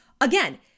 again